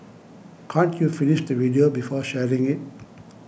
can't you finish the video before sharing it